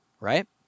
right